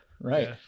Right